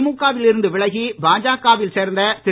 திமுக வில் இருந்து விலகி பாஜக வில் சேர்ந்த திரு